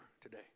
today